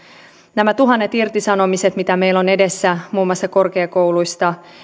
nämä tuhannet irtisanomiset mitä meillä on edessä muun muassa korkeakouluissa ja